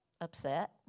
upset